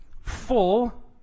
full